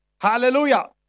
Hallelujah